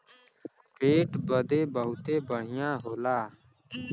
पेट बदे बहुते बढ़िया होला